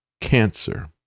cancer